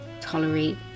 tolerate